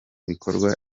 bikorwa